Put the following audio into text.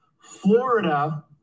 Florida